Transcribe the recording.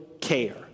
care